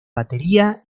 batería